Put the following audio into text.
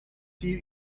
sie